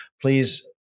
please